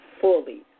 fully